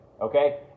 Okay